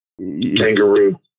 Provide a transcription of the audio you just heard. kangaroo